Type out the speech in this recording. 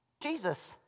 Jesus